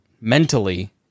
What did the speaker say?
mentally